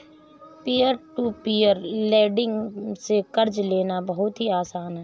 peer to peer lending से कर्ज लेना बहुत ही आसान है